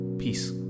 Peace